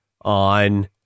on